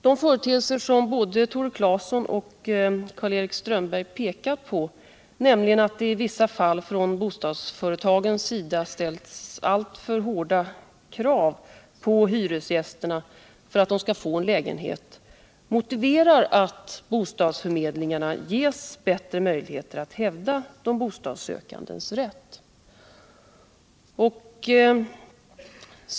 De företeelser som både Tore Claeson och Karl-Erik Strömberg pekar på, nämligen att det i vissa fall från bostadsföretagens sida ställts alltför hårda krav på hyresgästerna för att de skall få en lägenhet, motiverar att bostadsförmedlingarna ges bättre möjligheter att hävda de bostadssökandes rätt.